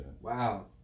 Wow